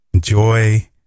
Joy